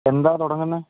എന്താണ് തുടങ്ങുന്നത്